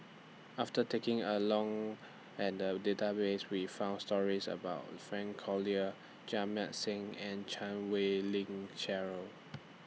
after taking A Look At The Database We found stories about Frank Cloutier Jamit Singh and Chan Wei Ling Cheryl